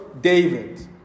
David